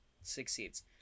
Succeeds